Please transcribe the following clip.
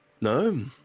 No